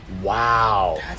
wow